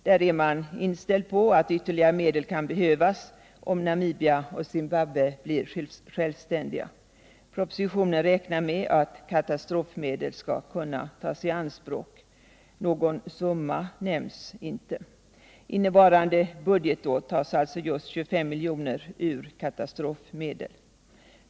Där är man också inställd på att ytterligare medel kan behövas, om Namibia och Zimbabwe blir självständiga. I propositionen räknar man med att katastrofmedel skall kunna tas i anspråk. Någon summa nämns inte. Under innevarande budgetår tas alltså just 25 milj.kr. ur katastrofmedel.